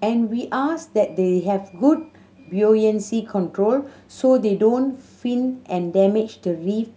and we ask that they have good buoyancy control so they don't fin and damage the reef